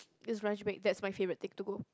is lunch break that's my favourite thing to go